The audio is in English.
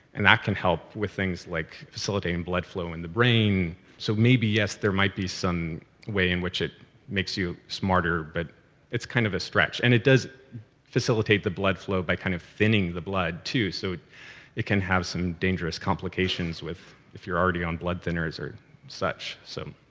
and that can help with things like facilitating blood flow in the brain. so maybe, yes, there might be some way in which it makes you smarter. but it's kind of a stretch. and it does facilitate the blood flow by kind of thinning the blood, too, so it can have some dangerous complications, if you're already on blood thinners or such. so,